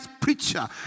preacher